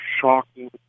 shocking